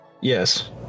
Yes